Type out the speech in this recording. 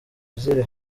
ziri